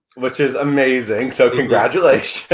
which is amazing, so congratulations.